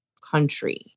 country